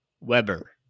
Weber